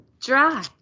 dry